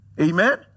amen